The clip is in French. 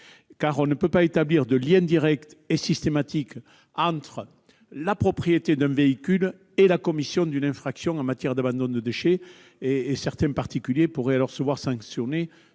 on ne peut pas établir de lien direct et systématique entre la propriété d'un véhicule et la commission d'une infraction en matière d'abandon de déchets : certains particuliers pourraient se voir sanctionnés